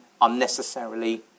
unnecessarily